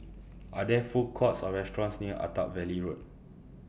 Are There Food Courts Or restaurants near Attap Valley Road